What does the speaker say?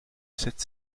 cette